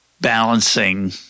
balancing –